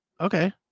Okay